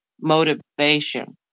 motivation